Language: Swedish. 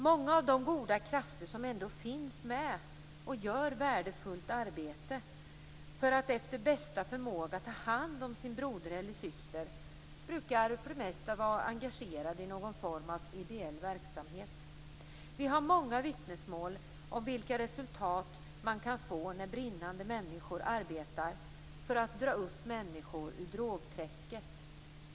Många av de goda krafter som ändå finns med och de människor som gör ett värdefullt arbete för att efter bästa förmåga ta hand om sin broder eller syster brukar för det mesta vara engagerade i någon form av ideell verksamhet. Vi har många vittnesmål om vilka resultat man kan få när människor som brinner arbetar för att dra upp andra människor ur drogträsket.